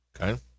Okay